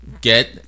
get